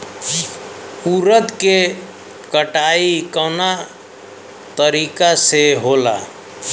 उरद के कटाई कवना तरीका से होला?